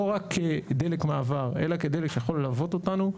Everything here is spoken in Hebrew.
לא רק דלק מעבר אלא כדלק שיכול ללוות אותנו,